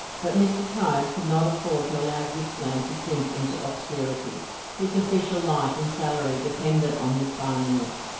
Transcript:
but mr. tyers could not afford to allow gippsland to sink into obscurity his official life and salary depended on his finding it.